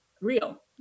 real